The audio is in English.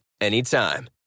Anytime